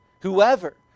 whoever